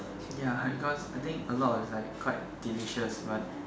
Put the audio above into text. ya because I think a lot is like quite delicious but